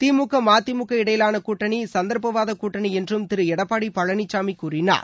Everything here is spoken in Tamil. திமுக மதிமுக இடையிலான கூட்டணி சந்தர்ப்பவாதக் கூட்டணி என்றும் திரு எடப்பாடி பழனிசாமி கூறினார்